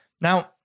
Now